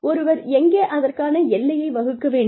ஒருவர் எங்கே அதற்கான எல்லையை வகுக்க வேண்டும்